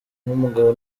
nk’umugabo